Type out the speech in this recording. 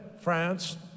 france